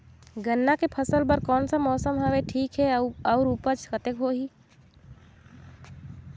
गन्ना के फसल बर कोन सा मौसम हवे ठीक हे अउर ऊपज कतेक होही?